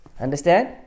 Understand